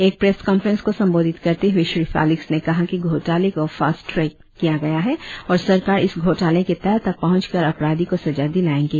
एक press conference को संबोधित करते हुए श्री फेलिक्स ने कहा कि घोटाले को फास्ट ट्रेक्ड किया गया है और सरकार इस घोटाले के तह तक पहंचकर अपराधी को सजा दिलाएंगे